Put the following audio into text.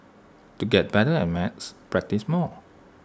to get better at maths practise more